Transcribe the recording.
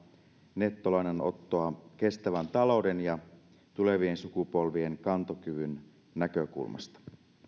nettolainanottoa kestävän talouden ja tulevien sukupolvien kantokyvyn näkökulmasta